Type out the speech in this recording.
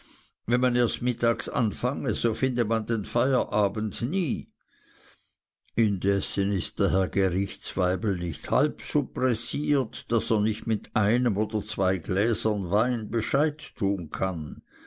wenn man erst mittags anfange so finde man den feierabend nie indessen ist der herr gerichtsweibel nicht halb so pressiert daß er nicht mit einem oder zwei gläsern wein bescheid tun kann